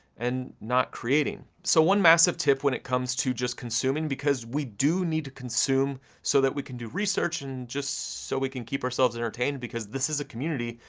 and not creating. so one massive tip when it comes to just consuming, because we do need to consume, so that we can do research, and just so we can keep ourselves entertained, because this is a community,